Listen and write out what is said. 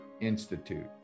Institute